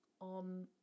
on